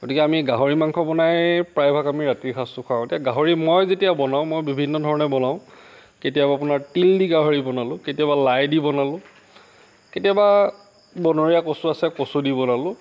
গতিকে আমি গাহৰি মাংস বনাই প্ৰায়ভাগ আমি ৰাতিৰ সাঁজটো খাওঁ এতিয়া গাহৰি মই যেতিয়া বনাওঁ মই বিভিন্ন ধৰণে বনাওঁ কেতিয়াবা আপোনাৰ তিল দি গাহৰি বনালোঁ কেতিয়াবা লাই দি বনালোঁ কেতিয়াবা বনৰীয়া কচু আছে কচু দি বনালোঁ